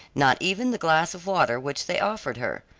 not even the glass of water which they offered her.